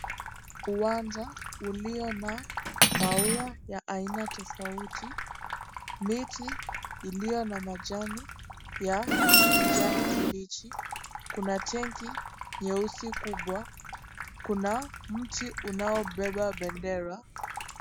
Uwanja ulio na maua ya aina tofauti, miti iliyo na majani ya kijani kibichi kuna tenki nyeusi kubwa kuna mti unaobeba bendera.